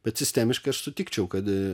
bet sistemiškai aš sutikčiau kad